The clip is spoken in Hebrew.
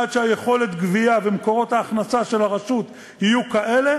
עד שיכולות הגבייה ומקורות ההכנסה של הרשות יהיו כאלה